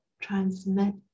transmit